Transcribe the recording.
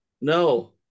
No